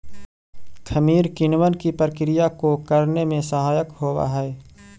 खमीर किणवन की प्रक्रिया को करने में सहायक होवअ हई